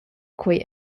quei